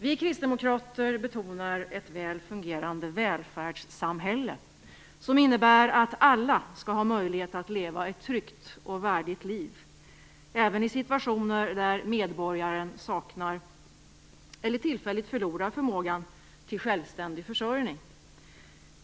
Vi kristdemokrater betonar ett väl fungerande välfärdssamhälle som innebär att alla skall ha möjlighet att leva ett tryggt och värdigt liv även i situationer där medborgaren saknar eller tillfälligt förlorar förmågan till självständig försörjning.